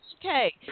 Okay